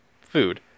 food